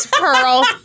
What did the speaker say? Pearl